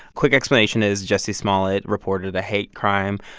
quick explanation is jussie smollett reported a hate crime,